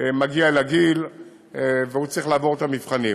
מגיע לגיל וצריך לעבור את המבחנים.